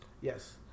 Yes